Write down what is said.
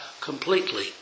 completely